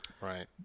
Right